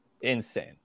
insane